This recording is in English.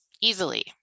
easily